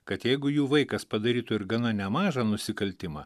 kad jeigu jų vaikas padarytų ir gana nemažą nusikaltimą